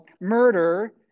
murder